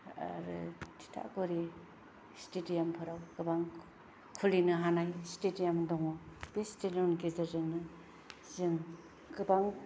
आरो थिथागुरि स्टेडियामफोराव गोबां खुलिनो हानाय स्टेडियाम दङ बे स्टेडियाम गेजेरजोंनो जों गोबाव